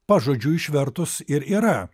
pažodžiui išvertus ir yra